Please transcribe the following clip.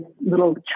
little